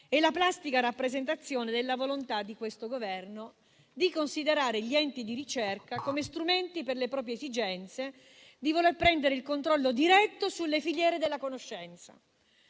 È la plastica rappresentazione della volontà di questo Governo di considerare gli enti di ricerca come strumenti per le proprie esigenze, di voler prendere il controllo diretto sulle filiere della conoscenza.